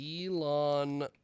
Elon